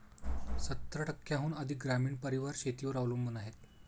सत्तर टक्क्यांहून अधिक ग्रामीण परिवार शेतीवर अवलंबून आहेत